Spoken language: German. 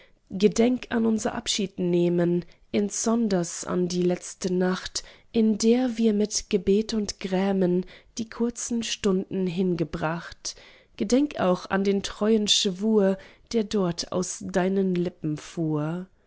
gedenk an unser abschiednehmen insonders an die letzte nacht in der wir mit gebet und grämen die kurzen stunden hingebracht gedenk auch an den treuen schwur der dort aus deinen lippen fuhr